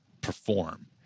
perform